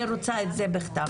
אני רוצה את זה בכתב.